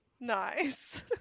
Nice